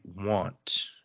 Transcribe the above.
want